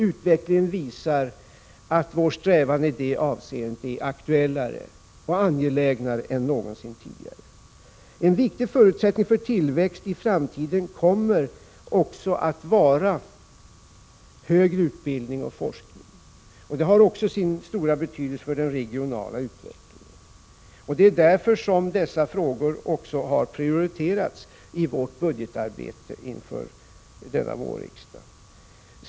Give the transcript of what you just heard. Utvecklingen visar att vår strävan i det avseendet är aktuellare och mer angelägen än någonsin tidigare. En viktig förutsättning för tillväxt i framtiden kommer även att vara högre utbildning och forskning, som också har sin stora betydelse för den regionala utvecklingen. Det är därför dessa frågor har prioriterats i vårt budgetarbete inför denna vårsession i riksdagen.